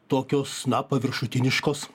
tokios na paviršutiniškos